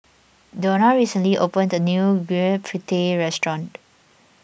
Dona recently opened a new Gudeg Putih restaurant